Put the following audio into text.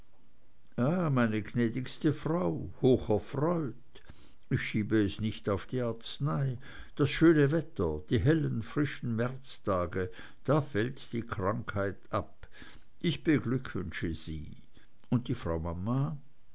meine gnädigste frau hocherfreut ich schiebe es nicht auf die arznei das schöne wetter die hellen frischen märztage da fällt die krankheit ab ich beglückwünsche sie und die frau mama